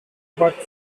but